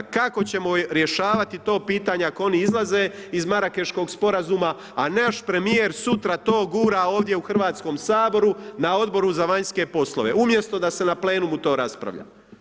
Kako ćemo rješavati to pitanje ako oni izlaze iz Marakeškog Sporazuma, a naš premijer sutra to gura ovdje u HS-u na Odboru za vanjske poslove, umjesto da se na Plenumu to raspravlja.